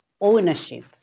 ownership